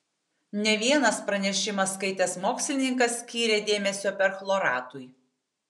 ne vienas pranešimą skaitęs mokslininkas skyrė dėmesio perchloratui